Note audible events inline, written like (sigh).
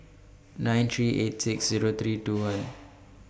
nine three eight six Zero three two (noise) one